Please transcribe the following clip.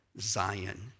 Zion